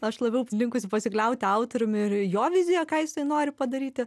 aš labiau linkusi pasikliauti autoriumi ir jo vizija ką jisai nori padaryti